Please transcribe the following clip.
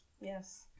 yes